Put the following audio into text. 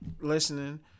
listening